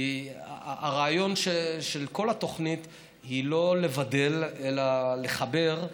כי הרעיון של כל התוכנית הוא לא לבדל אלא לחבר,